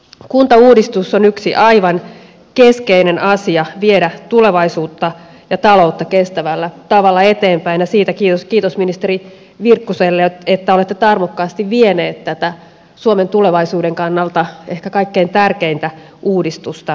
kuntauudistus on yksi aivan keskeinen asia viedä tulevaisuutta ja taloutta kestävällä tavalla eteenpäin ja siitä kiitos ministeri virkkuselle että olette tarmokkaasti vienyt tätä suomen tulevaisuuden kannalta ehkä kaikkein tärkeintä uudistusta eteenpäin